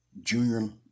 Junior